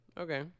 Okay